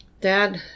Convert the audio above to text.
dad